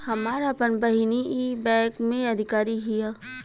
हमार आपन बहिनीई बैक में अधिकारी हिअ